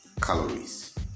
calories